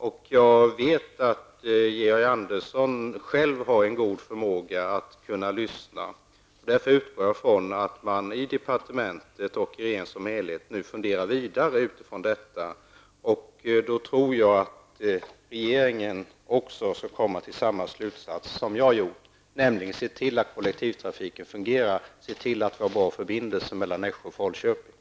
Jag vet att Georg Andersson själv har god förmåga att lyssna. Därför utgår jag från att man i regeringen som helhet nu funderar vidare med utgångspunkt i denna debatt. Då tror jag att regeringen kommer till samma slutsats som jag har gjort, nämligen att man skall se till att kollektivtrafiken fungerar, se till att vi har bra förbindelser mellan Nässjö och Falköping.